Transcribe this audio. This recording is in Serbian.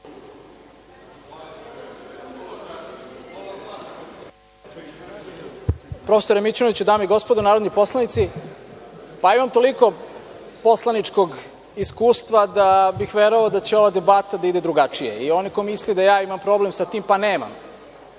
Profesore Mićunoviću, dame i gospodo narodni poslanici, imam toliko poslaničkog iskustva da bih verovao da će ova debata da ide drugačije i onaj ko misli da ja imam problem sa tim, pa nemam.